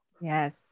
Yes